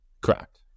Correct